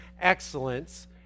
excellence